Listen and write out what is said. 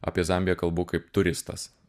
apie zambiją kalbu kaip turistas